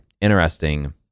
interesting